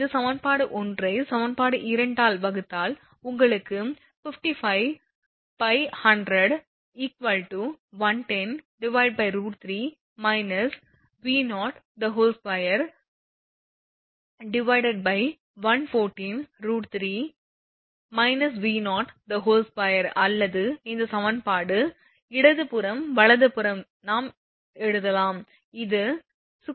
சமன்பாடு 1 ஐ சமன்பாடு 2 ஆல் வகுத்தால் உங்களுக்கு 55100 110√3 − V02114√3−V02 அல்லது இந்த சமன்பாடு இந்த சமன்பாடு இடது புறம் வலதுபுறம் நாம் எழுதலாம் இது 63